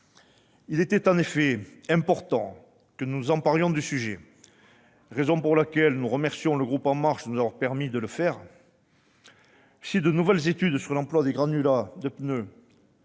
Il était en effet important que nous nous emparions du sujet. C'est la raison pour laquelle nous remercions le groupe La République En Marche de nous avoir permis de le faire. Si de nouvelles études sur l'emploi des granulats de pneus